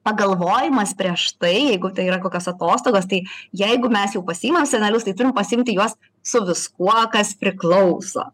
pagalvojimas prieš tai jeigu tai yra kokios atostogos tai jeigu mes jau pasiimam senelius tai turim pasiimti juos su viskuo kas priklauso